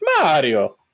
Mario